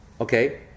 Okay